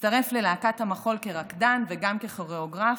הצטרף ללהקת המחול כרקדן וגם ככוריאוגרף,